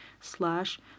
slash